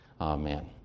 Amen